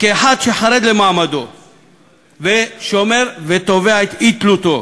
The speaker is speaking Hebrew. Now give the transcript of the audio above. כאחד שחרד למעמדו ושומר ותובע את אי-תלותו: